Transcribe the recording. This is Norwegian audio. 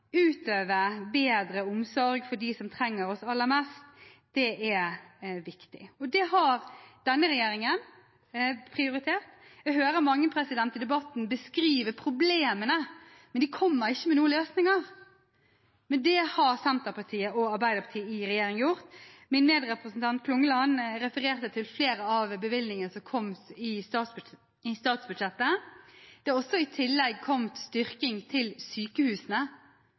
utøve bedre omsorg for dem som trenger det aller mest, er viktig. Det har denne regjeringen prioritert. Jeg hører mange i debatten beskrive problemene, men de kommer ikke med noen løsninger. Det har Senterpartiet og Arbeiderpartiet i regjering gjort. Min medrepresentant Klungland refererte til flere av bevilgningene som har kommet i statsbudsjettet. Det har også i tillegg kommet styrking til sykehusene.